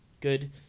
good